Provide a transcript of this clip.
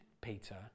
Peter